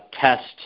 test